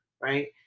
Right